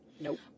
Nope